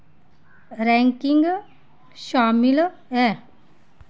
ranking शामिल ऐ